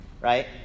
right